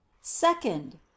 second